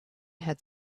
had